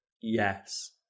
yes